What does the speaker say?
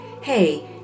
Hey